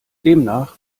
demnach